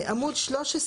עמוד 13,